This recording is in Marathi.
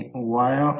तर शोधावे लागेल